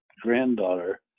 granddaughter